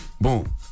boom